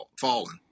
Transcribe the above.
fallen